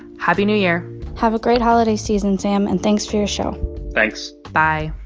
happy new year have a great holiday season, sam. and thanks for your show thanks bye